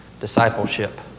discipleship